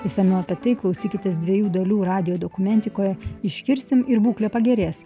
išsamiau apie tai klausykitės dviejų dalių radijo dokumentikoje iškirsim ir būklė pagerės